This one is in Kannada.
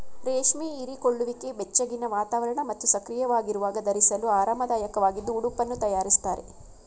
ರೇಷ್ಮೆ ಹೀರಿಕೊಳ್ಳುವಿಕೆ ಬೆಚ್ಚಗಿನ ವಾತಾವರಣ ಮತ್ತು ಸಕ್ರಿಯವಾಗಿರುವಾಗ ಧರಿಸಲು ಆರಾಮದಾಯಕವಾಗಿದ್ದು ಉಡುಪನ್ನು ತಯಾರಿಸ್ತಾರೆ